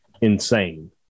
insane